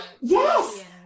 yes